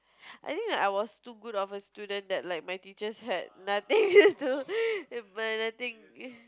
I think like I was too good of a student that like my teachers had nothing to nothing